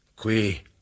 Qui